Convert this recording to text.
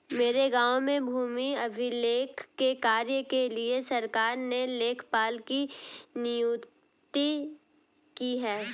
मेरे गांव में भूमि अभिलेख के कार्य के लिए सरकार ने लेखपाल की नियुक्ति की है